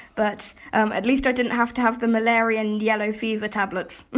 but um at least i didn't have to have the malarian yellow fever tablets!